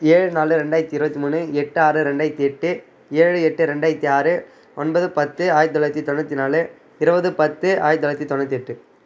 ஏழு நாலு ரெண்டாயிரத்தி இருபத்தி மூணு எட்டு ஆறு ரெண்டாயிரத்தி எட்டு ஏழு எட்டு ரெண்டாயிரத்தி ஆறு ஒன்பது பத்து ஆயிரத்தி தொள்ளாயிரத்தி தொண்ணூற்றி நாலு இருபது பத்து ஆயிரத்தி தொள்ளாயிரத்தி தொண்ணூற்றி எட்டு